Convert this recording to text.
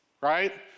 right